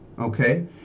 Okay